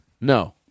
No